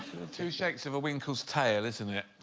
two shakes of a winkles tail, isn't it?